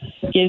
give